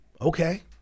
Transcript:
okay